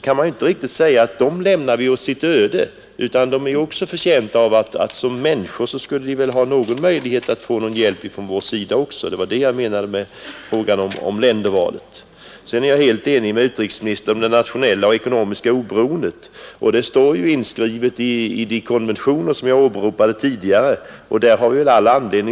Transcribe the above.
kan man ju inte bara lämna dessa människor åt deras öde. De är ju också i behov av hjälp från vår sida. Det var detta jag menade när jag berörde ländervalet. I fråga om det nationella och ekonomiska oberoendet är jag helt enig med utrikesministern. Jag åberopade förut de konventioner som finns i det avseendet.